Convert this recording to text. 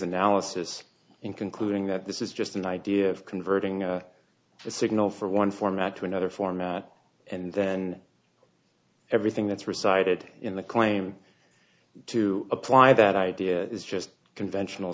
analysis in concluding that this is just an idea of converting a signal for one format to another format and then everything that's resided in the claim to apply that idea is just conventional